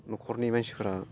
न'खरनि मानसिफ्रा